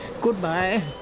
Goodbye